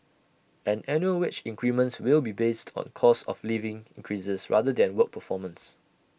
and annual wage increments will be based on cost of living increases rather than work performance